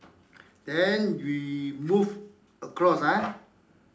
then we move across ah